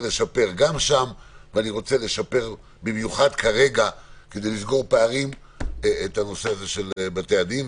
לשפר גם שם ובמיוחד כרגע כדי לסגור פערים את הנושא הזה של בתי-הדין.